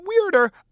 weirder